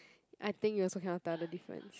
I think you also cannot tell the difference